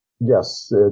Yes